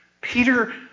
Peter